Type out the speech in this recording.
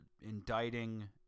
indicting